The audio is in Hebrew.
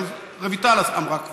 אבל רויטל אמרה כבר.